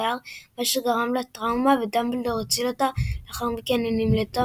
היער מה שגרם לה טראומה ודמבלדור הציל אותה לאחר מיכן היא נמלטה